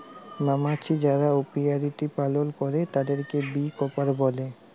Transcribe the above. মমাছি যারা অপিয়ারীতে পালল করে তাদেরকে বী কিপার বলে